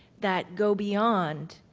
that go beyond